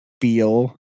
feel